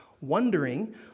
wondering